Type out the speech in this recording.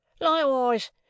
Likewise